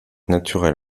naturel